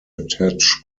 attach